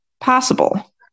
possible